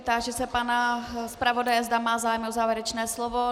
Táži se pana zpravodaje, zda má zájem o závěrečné slovo.